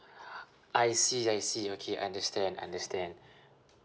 I see I see okay understand understand